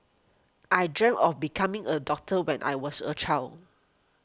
I dreamt of becoming a doctor when I was a child